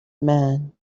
man